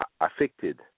affected